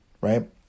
Right